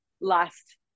last